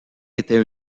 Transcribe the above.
était